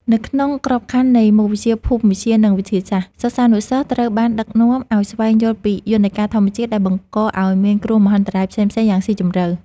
នៅក្នុងក្របខ័ណ្ឌនៃមុខវិជ្ជាភូមិវិទ្យា និងវិទ្យាសាស្ត្រ សិស្សានុសិស្សត្រូវបានដឹកនាំឱ្យស្វែងយល់ពីយន្តការធម្មជាតិដែលបង្កឱ្យមានគ្រោះមហន្តរាយផ្សេងៗយ៉ាងស៊ីជម្រៅ។